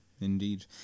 indeed